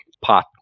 pot